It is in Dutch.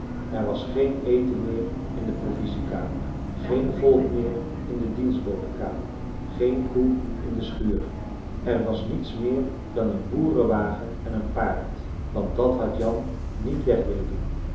er was geen eten meer in de provisiekamer geen volk meer in de dienstbodenkamer geen koe in de schuur er was niets meer dan een boerenwagen en een paard want dat had jan niet weg willen doen